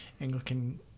anglican